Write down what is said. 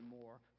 more